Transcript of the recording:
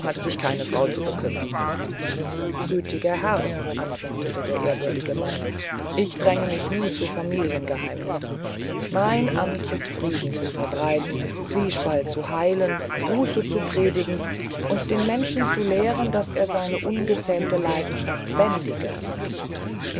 hat sich keine frau zu bekümmern gnädiger herr antwortete der ehrwürdige mann ich dränge mich nie zu familiengeheimnissen mein amt ist frieden zu verbreiten zwiespalt zu heilen buße zu predigen und den menschen zu lehren daß er seine ungezähmten leidenschaften bändige